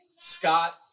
Scott